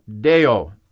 deo